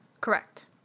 Correct